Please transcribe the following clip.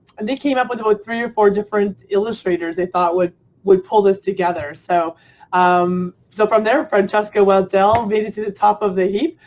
and they came up with about three or four different illustrators they thought would would pull this together so um so from there, francesca waddell made it to the top of the heap.